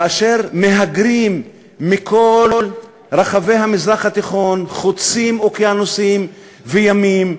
כאשר מהגרים מכל רחבי המזרח התיכון חוצים אוקיינוסים וימים,